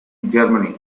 germany